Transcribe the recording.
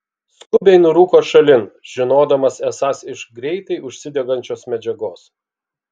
skubiai nurūko šalin žinodamas esąs iš greitai užsidegančios medžiagos